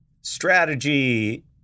strategy